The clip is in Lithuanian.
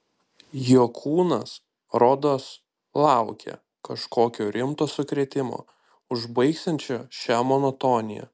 jo kūnas rodos laukė kažkokio rimto sukrėtimo užbaigsiančio šią monotoniją